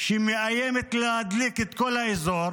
שמאיימת להדליק את כל האזור